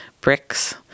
bricks